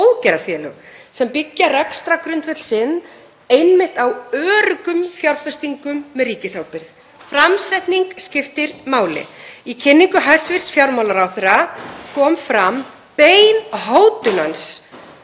góðgerðarfélög sem byggja rekstrargrundvöll sinn einmitt á öruggum fjárfestingum með ríkisábyrgð. Framsetning skiptir máli. Í kynningu hæstv. fjármálaráðherra kom fram bein hótun hans